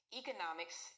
economics